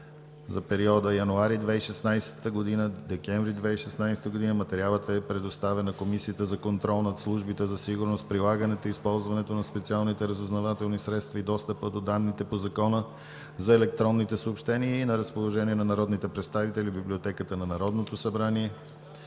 за периода януари 2016 г. – декември 2016 г. Материалът е предоставен на Комисията за контрол над службите за сигурност, прилагането и използването на специални разузнавателни средства и достъпа до данните по Закона за електронните съобщения и е на разположение на народните представители в Библиотеката на Народното събрание.